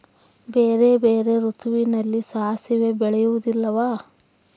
ಬೇರೆ ಬೇರೆ ಋತುವಿನಲ್ಲಿ ಸಾಸಿವೆ ಬೆಳೆಯುವುದಿಲ್ಲವಾ?